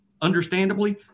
understandably